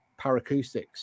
paracoustics